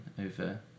over